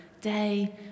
day